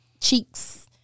cheeks